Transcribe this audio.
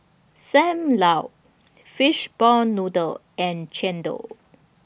SAM Lau Fishball Noodle and Chendol